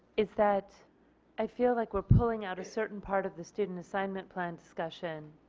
is that i feel like we are pulling at a certain part of the student assignment plan discussion